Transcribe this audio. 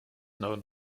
known